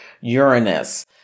Uranus